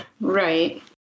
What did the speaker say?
Right